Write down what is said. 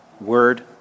Word